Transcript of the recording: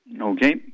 Okay